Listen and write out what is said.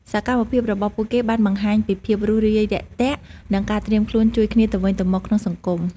សកម្មភាពរបស់ពួកគេបានបង្ហាញពីភាពរួសរាយរាក់ទាក់និងការត្រៀមខ្លួនជួយគ្នាទៅវិញទៅមកក្នុងសង្គម។